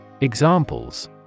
Examples